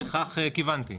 לכך כיוונתי.